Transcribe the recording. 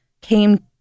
came